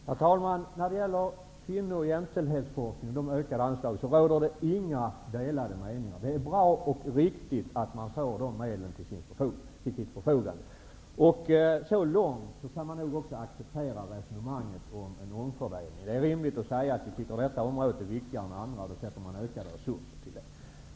Herr talman! När det gäller kvinno och jämställdhetsforskningen och de ökade anslagen råder det inga delade meningar. Det är bra och riktigt att man får de medlen till sitt förfogande. Så långt kan nog också resonemanget om en omfördelning accepteras. Det är rimligt att man säger att man tycker att ett område är viktigare än andra och att man då avsätter ökade resurser till det.